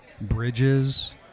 bridges